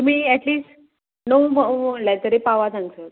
तुमी एटलीस्ट णव म्हणल्यार तरी पावात हांगसर